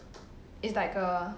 it's like a